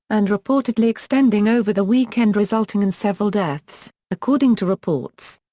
and reportedly extending over the weekend resulting in several deaths, according to reports.